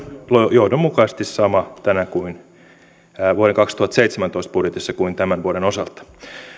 johdonmukaisesti sama vuoden kaksituhattaseitsemäntoista budjetissa kuin tämän vuoden osalta